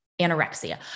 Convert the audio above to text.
anorexia